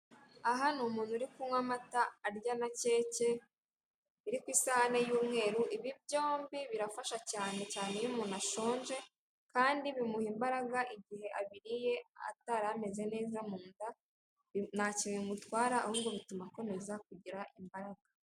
Aha ni umuntu uri kunywa amata arya na keke biri ku isahani y'umweru, ibi byombi birafasha cyane cyane iyo umuntu ushonje, kandi bimuha imbaraga igihe abiriye atari ameze neza mu nda, ntacyo bimutwara ahubwo bituma akomeza kugira imbaraga.